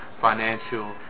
financial